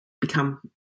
become